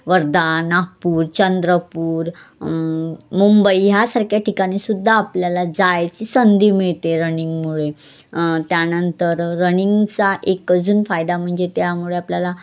वर्धा नागपूर चंद्रपूर मुंबई ह्यासारख्या ठिकाणीसुद्धा आपल्याला जायची संधी मिळते रनिंगमुळे त्यानंतर रनिंगचा एक अजून फायदा म्हणजे त्यामुळे आपल्याला